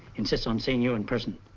insists on seeing you in person.